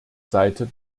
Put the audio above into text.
seite